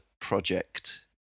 project